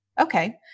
Okay